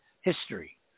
history